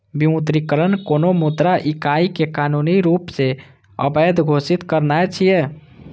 विमुद्रीकरण कोनो मुद्रा इकाइ कें कानूनी रूप सं अवैध घोषित करनाय छियै